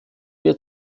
wir